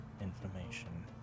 information